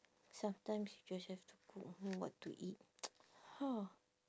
sometimes you just have to cook don't know what to eat ha